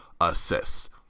assists